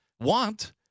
want